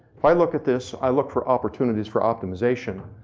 if i look at this, i look for opportunities for optimization.